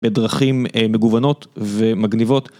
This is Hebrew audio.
בדרכים מגוונות ומגניבות.